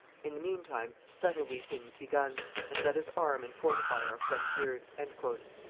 in the mean time settle we things begun and let us arm and fortify our frontiers. and